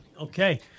Okay